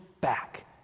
back